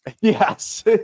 yes